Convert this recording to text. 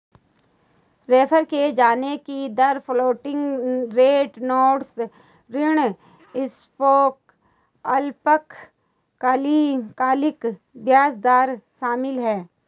refer किये जाने की दर फ्लोटिंग रेट नोट्स ऋण स्वैप अल्पकालिक ब्याज दर शामिल है